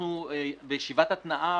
אנחנו בישיבת התנעה.